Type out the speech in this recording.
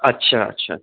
اچھا اچھا